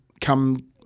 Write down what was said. come